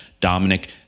Dominic